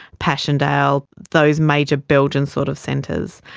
passchendaele, those major belgian sort of centres.